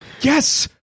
Yes